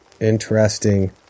interesting